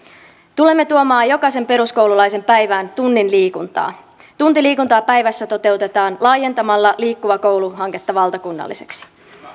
tulemme tuomaan jokaisen peruskoululaisen päivään tunnin liikuntaa tunti liikuntaa päivässä toteutetaan laajentamalla liikkuva koulu hanketta valtakunnalliseksi